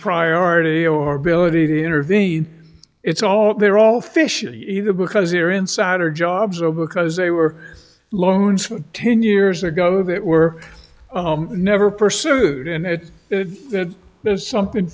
priority or ability to intervene it's all they're all fish either because here in sattar jobs over because they were loans from ten years ago that were never pursued and it's that there's something